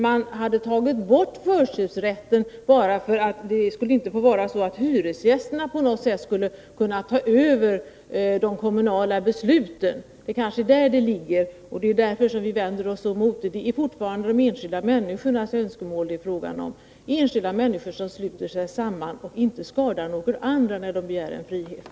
Man hade tagit bort förköpsrätten bara för att inte hyresgästerna på något sätt skulle kunna ta över de kommunala besluten. Det är kanske så det ligger till, och det är därför som vi vänder oss mot förslaget. Det är fortfarande enskilda människors önskemål som det är fråga om — enskilda människor som sluter sig samman och inte skadar några andra när de begär en frihet.